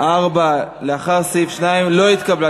4 לאחר סעיף 2 לא התקבלה.